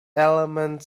element